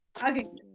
hugging.